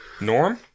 Norm